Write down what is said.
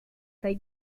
hay